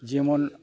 ᱡᱮᱢᱚᱱ